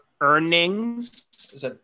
earnings